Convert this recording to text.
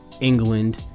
England